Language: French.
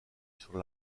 sur